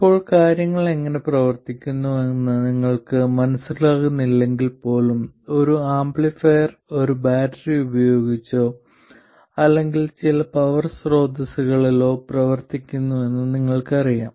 ഇപ്പോൾ കാര്യങ്ങൾ എങ്ങനെ പ്രവർത്തിക്കുന്നുവെന്ന് നിങ്ങൾക്ക് മനസ്സിലാകുന്നില്ലെങ്കിൽ പോലും ഒരു ആംപ്ലിഫയർ ഒരു ബാറ്ററി ഉപയോഗിച്ചോ അല്ലെങ്കിൽ ചില പവർ സ്രോതസ്സുകളിലോ പ്രവർത്തിക്കുന്നുവെന്ന് നിങ്ങൾക്കറിയാം